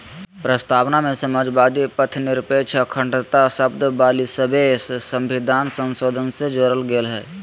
प्रस्तावना में समाजवादी, पथंनिरपेक्ष, अखण्डता शब्द ब्यालिसवें सविधान संशोधन से जोरल गेल हइ